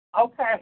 Okay